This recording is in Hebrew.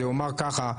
זה יאמר ככה.